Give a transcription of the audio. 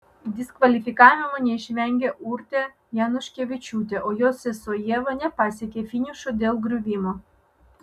diskvalifikavimo neišvengė urtė januškevičiūtė o jos sesuo ieva nepasiekė finišo dėl griuvimo